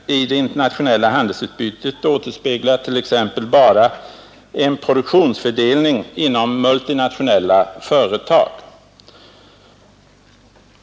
förhandlingarinternationella handelsutbytet återspeglar t.ex. bara en produktionsför 2 mellan Sverige delning inom multinationella företag.